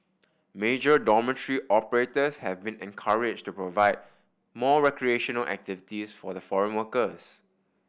major dormitory operators have been encouraged to provide more recreational activities for the foreign workers